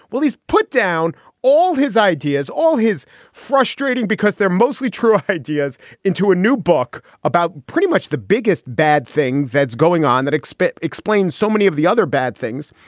well, he's put down all his ideas, all his frustrating because they're mostly true ideas into a new book about pretty much the biggest bad thing that's going on that expect explains so many of the other bad things.